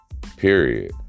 Period